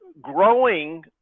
growing